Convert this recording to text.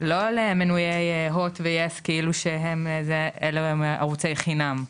לא למנויי HOT ו-YES כאילו שהם אלו הם ערוצי חינם,